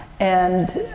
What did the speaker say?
and,